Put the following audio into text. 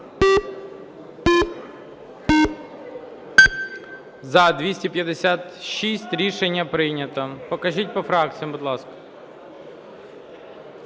За-256 Рішення прийнято. Покажіть по фракціям, будь ласка.